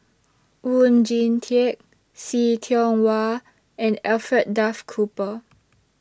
Oon Jin Teik See Tiong Wah and Alfred Duff Cooper